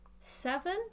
seven